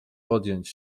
podjąć